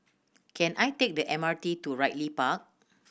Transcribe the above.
can I take the M R T to Ridley Park